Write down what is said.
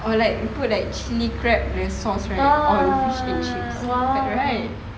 or like put like chilli crab punya sauce right